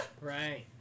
right